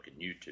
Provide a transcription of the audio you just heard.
YouTube